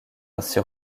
ainsi